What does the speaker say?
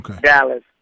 Dallas